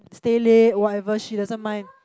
stay late or whatever she doesn't mind